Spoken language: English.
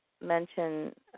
mention